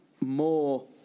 more